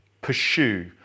Pursue